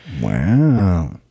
Wow